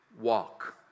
walk